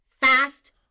fast